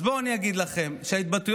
אז בואו אני אגיד לכם שההתבטאויות,